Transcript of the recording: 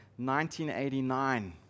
1989